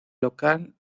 local